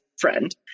friend